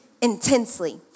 intensely